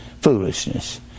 foolishness